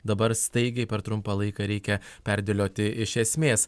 dabar staigiai per trumpą laiką reikia perdėlioti iš esmės